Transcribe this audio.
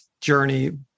journey